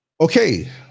Okay